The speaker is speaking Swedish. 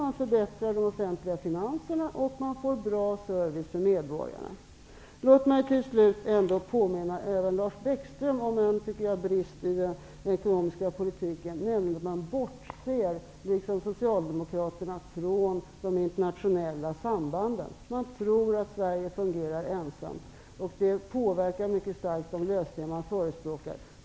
Man förbättrar de offentliga finanserna och får en bra service för medborgarna. Jag vill påminna även Lars Bäckström om en brist i er ekonomiska politik, nämligen att ni liksom Socialdemokraterna bortser från de internationella sambanden. Ni tror att Sverige fungerar ensamt. Det påverkar mycket starkt de lösningar som ni förespråkar.